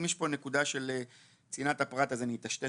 אם יש פה נקודה של צנעת הפרט אז אני אטשטש